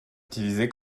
utilisé